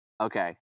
Okay